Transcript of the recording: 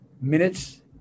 minutes